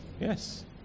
Yes